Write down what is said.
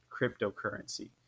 cryptocurrency